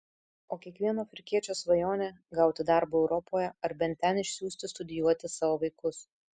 o kiekvieno afrikiečio svajonė gauti darbo europoje ar bent ten išsiųsti studijuoti savo vaikus